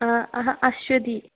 अहं अश्वती